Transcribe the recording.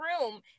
room